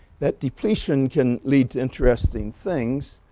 that depletion can lead to interesting things